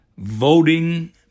voting